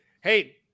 hey